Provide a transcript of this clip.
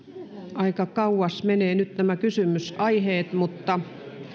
aika kauas menevät nyt nämä kysymysaiheet mutta